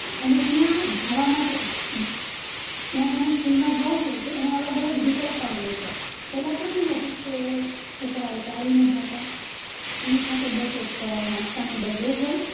અને ત્યાં જાવા માટે ત્યાં તમે સ્કૂલમાં જાઓ છો તો એના અલગ અલગ વિકલ્પ પણ હોય છે પહેલાં તો શું હતું કે છોકરાઓ ચાલીને જતા એની સાથે બસ એક નાસ્તાનો ડબ્બો હોય